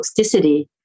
toxicity